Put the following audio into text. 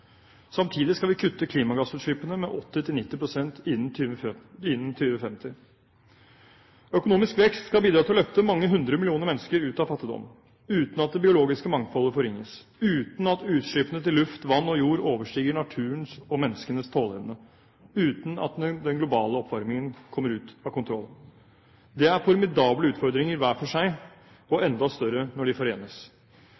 Samtidig skal vi kutte klimagassutslippene med 80–90 pst. innen 2050. Økonomisk vekst skal bidra til å løfte mange hundre millioner mennesker ut av fattigdom – uten at det biologiske mangfoldet forringes, uten at utslippene til luft, vann og jord overstiger naturens og menneskenes tåleevne, uten at den globale oppvarmingen kommer ut av kontroll. Det er formidable utfordringer hver for seg – og